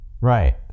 Right